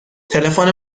تلفن